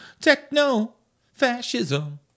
Techno-fascism